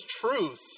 truth